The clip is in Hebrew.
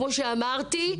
כמו שאמרתי,